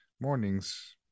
mornings